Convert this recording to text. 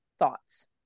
Thoughts